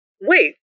Wait